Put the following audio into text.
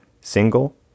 Single